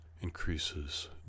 increases